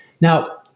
Now